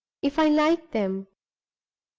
if i like them.